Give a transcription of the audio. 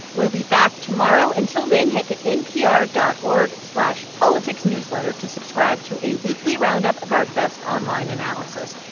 we'll be back tomorrow. until then, head to npr dot org slash politicsnewsletter to subscribe to a weekly roundup of our best online analysis.